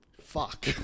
fuck